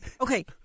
Okay